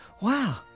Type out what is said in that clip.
Wow